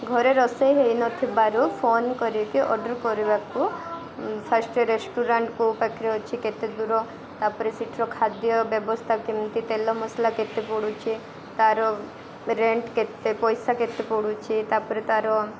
ଘରେ ରୋଷେଇ ହେଇନଥିବାରୁ ଫୋନ କରିକି ଅର୍ଡ଼ର କରିବାକୁ ଫାଷ୍ଟରେ ରେଷ୍ଟୁରାଣ୍ଟ କେଉଁ ପାଖରେ ଅଛି କେତେ ଦୂର ତା'ପରେ ସେଠିର ଖାଦ୍ୟ ବ୍ୟବସ୍ଥା କେମିତି ତେଲ ମସଲା କେତେ ପଡ଼ୁଛି ତାର ରେଣ୍ଟ କେତେ ପଇସା କେତେ ପଡ଼ୁଛି ତା'ପରେ ତାର